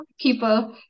people